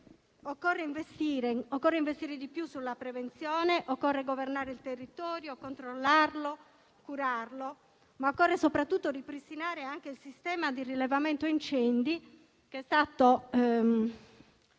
Occorre investire di più sulla prevenzione, occorre governare il territorio, controllarlo e curarlo, ma occorre soprattutto ripristinare anche il sistema di rilevamento incendi che è cessato